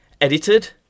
edited